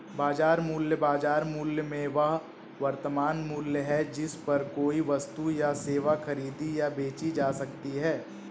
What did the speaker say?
बाजार मूल्य, बाजार मूल्य में वह वर्तमान मूल्य है जिस पर कोई वस्तु या सेवा खरीदी या बेची जा सकती है